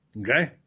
Okay